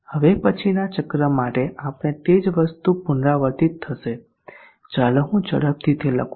હવે પછીના ચક્ર માટે પણ તે જ વસ્તુ પુનરાવર્તિત થશે ચાલો હું ઝડપથી તે લખું